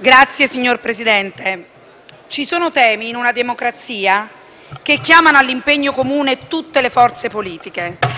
*(PD)*. Signor Presidente, ci sono temi, in una democrazia, che chiamano all'impegno comune tutte le forze politiche e